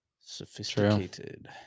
Sophisticated